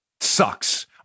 sucks